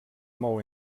mou